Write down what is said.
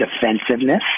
defensiveness